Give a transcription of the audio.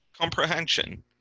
Comprehension